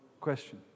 Question